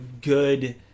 good